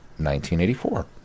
1984